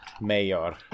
mayor